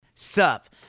Sup